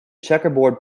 checkerboard